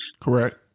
Correct